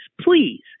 please